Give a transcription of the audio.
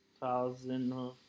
thousand